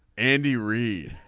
andy reid